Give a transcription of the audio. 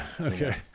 okay